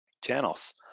channels